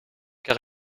car